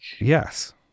Yes